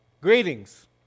greetings